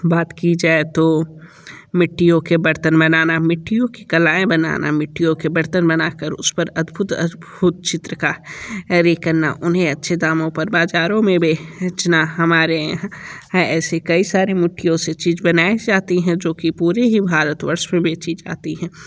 बात की जाए तो मिट्टियों के बर्तन बनाना मिट्टियों के कलाएँ बनाना मिट्टियों के बर्तन बना कर उस पर अद्भुत अद्भुत चित्र का करना उन्हें अच्छे दामों पर बाज़ारों में बेचना हमारे यहाँ ऐसी कई सारी मिट्टियों से चीज़ बनाए जाती है जो कि पूरे ही भारतवर्ष में बेचीं जाती है